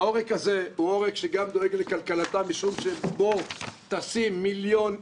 העורק הזה הוא עורק שגם דואג לכלכלתה משום שבו טסים מיליון איש,